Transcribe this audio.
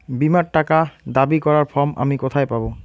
বীমার টাকা দাবি করার ফর্ম আমি কোথায় পাব?